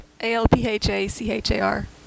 a-l-p-h-a-c-h-a-r